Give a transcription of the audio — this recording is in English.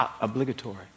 obligatory